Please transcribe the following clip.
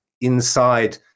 inside